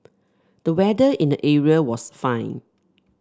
the weather in the area was fine